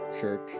Church